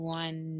one